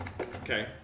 okay